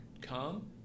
Come